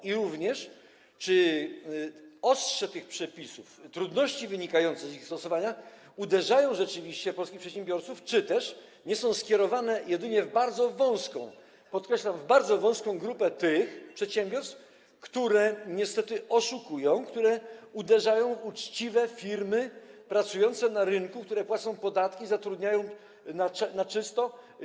I czy ostrze tych przepisów, trudności wynikające z ich stosowania uderzają rzeczywiście w polskich przedsiębiorców, czy też są skierowane jedynie w bardzo wąską, podkreślam, w bardzo wąską grupę tych przedsiębiorstw, które niestety oszukują, które uderzają w uczciwe firmy pracujące na rynku, które płacą podatki, zatrudniają na czysto?